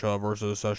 versus